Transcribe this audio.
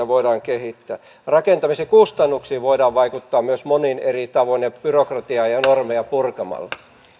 voidaan kehittää rakentamisen kustannuksiin voidaan vaikuttaa myös monin eri tavoin byrokratiaa ja normeja purkamalla